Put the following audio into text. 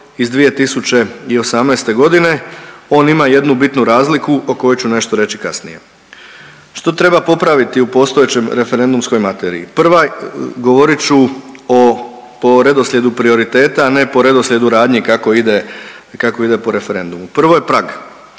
iz 2018. godine. On ima jednu bitnu razliku o kojoj ću nešto reći kasnije. Što treba popraviti u postojećem referendumskoj materiji? Prva, govorit ću o po redoslijedu prioriteta, a ne po redoslijedu radnji kako ide, kako ide po referendumu. Prvo je prag.